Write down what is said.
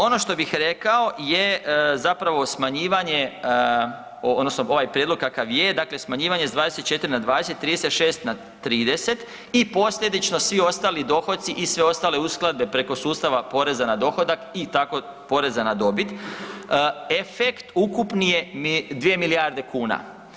Ono što bih rekao je zapravo smanjivanje odnosno ovaj prijedlog kakav je, dakle smanjivanje s 24 na 20, 36 na 30 i posljedično svi ostali dohoci i sve ostale uskladbe preko sustava poreza na dohodak i tako poreza na dobit, efekt ukupni je 2 milijarde kuna.